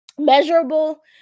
Measurable